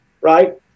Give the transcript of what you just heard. right